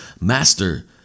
Master